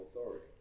authority